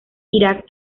irak